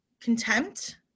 contempt